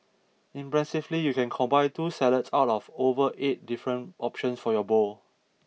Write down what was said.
impressively you can combine two salads out of over eight different options for your bowl